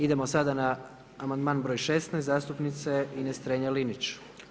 Idemo sada na amandman broj 16 zastupnice Ines Strenja-Linić.